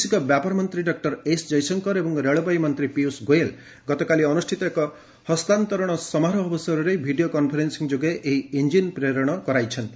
ବୈଦେଶିକ ବ୍ୟାପାର ମନ୍ତ୍ରୀ ଡକ୍ଟର ଏସ୍ ଜୟଶଙ୍କର ଏବଂ ରେଳବାଇ ମନ୍ତ୍ରୀ ପିୟୁଷ୍ ଗୋୟଲ୍ ଗତକାଲି ଅନୁଷ୍ଠିତ ଏକ ହସ୍ତାନ୍ତରଣ ସମାରୋହ ଅବସରରେ ଭିଡ଼ିଓ କନ୍ଫରେନ୍ସିଂ ଯୋଗେ ଏହି ଇଞ୍ଜିନ୍ ପ୍ରେରଣ କରାଇଛନ୍ତି